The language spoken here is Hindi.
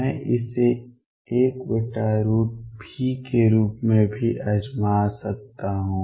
मैं इसे 1V के रूप में भी आजमा सकता हूं